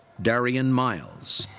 daryian miles.